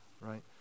right